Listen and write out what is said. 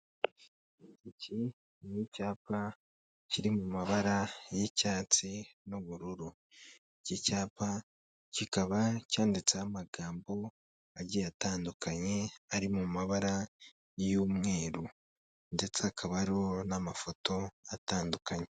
Iki ni icyapa kiri mu mabara y'icyatsi n'ubururu, iki cyapa kikaba cyanditseho amagambo agiye atandukanye ari mu mabara y'umweru ndetse hakaba hariho n'amafoto atandukanye.